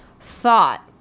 thought